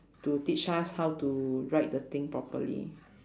to teach us how to ride the thing properly